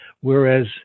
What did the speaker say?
whereas